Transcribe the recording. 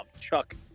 Chuck